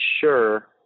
sure